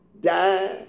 die